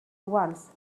once